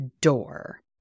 door